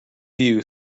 view